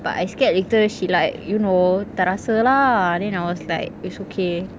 but I scared later she like you know terasa lah then I was like it's okay